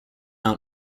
out